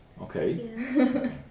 Okay